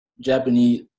Japanese